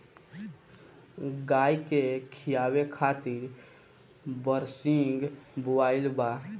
गाई के खियावे खातिर बरसिंग बोआइल बा